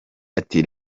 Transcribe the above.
ati